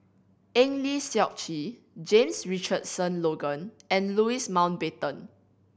Eng Lee Seok Chee James Richardson Logan and Louis Mountbatten